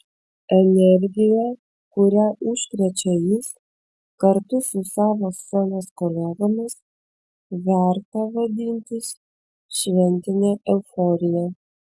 energija kuria užkrečia jis kartu su savo scenos kolegomis verta vadintis šventine euforija